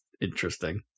interesting